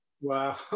Wow